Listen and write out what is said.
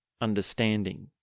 understanding